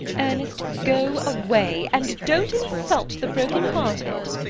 ernest, go away, and don't insult the broken-hearted.